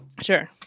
Sure